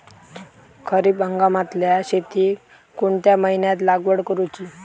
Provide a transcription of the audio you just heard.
खरीप हंगामातल्या शेतीक कोणत्या महिन्यात लागवड करूची?